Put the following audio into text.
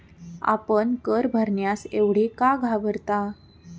आपण कर भरण्यास एवढे का घाबरता?